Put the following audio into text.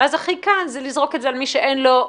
ואז הכי קל זה לזרוק את זה על מי שאין לו.